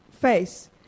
face